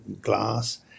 glass